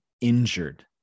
injured